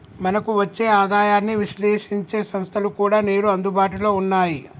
మనకు వచ్చే ఆదాయాన్ని విశ్లేశించే సంస్థలు కూడా నేడు అందుబాటులో ఉన్నాయి